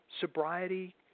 sobriety